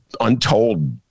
untold